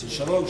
אצל שרון,